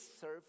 serve